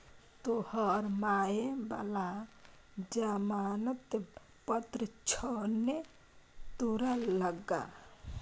तोहर माय बला जमानत पत्र छौ ने तोरा लग